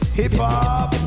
hip-hop